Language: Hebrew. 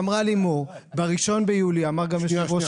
אמרה לימור שב-1 ביולי אמר גם יושב ראש